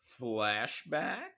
flashback